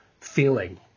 feeling